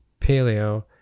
paleo